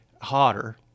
hotter